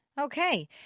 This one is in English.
Okay